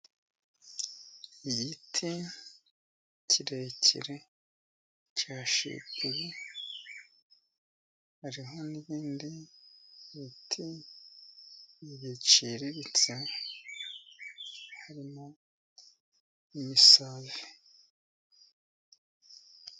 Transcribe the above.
Igiti kirekire cya shipuri, hariho n'ibindi biti biciriritse harimo imisave.